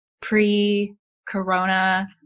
pre-corona